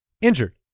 injured